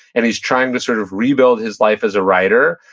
and he's trying to sort of rebuild his life as a writer.